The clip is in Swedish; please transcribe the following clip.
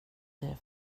det